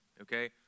okay